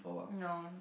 no